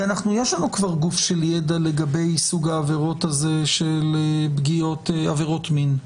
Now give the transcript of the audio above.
כי יש לנו גוף של ידע לגבי סוג העבירות הזה של עבירות מין.